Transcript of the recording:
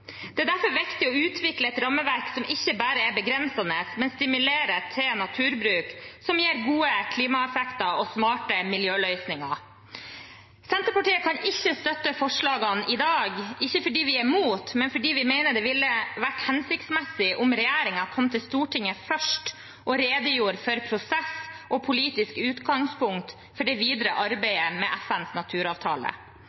Det er derfor viktig å utvikle et rammeverk som ikke bare er begrensende, men som stimulerer til naturbruk som gir gode klimaeffekter og smarte miljøløsninger. Senterpartiet kan ikke støtte forslagene i dag – ikke fordi vi er mot, men fordi vi mener det ville vært hensiktsmessig om regjeringen kom til Stortinget først og redegjorde for prosess og politisk utgangspunkt for det videre